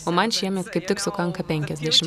o man šiemet kaip tik sukanka penkiasdešimt